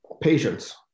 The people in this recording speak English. patience